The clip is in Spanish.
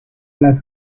las